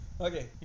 Okay